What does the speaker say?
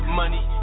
money